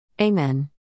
Amen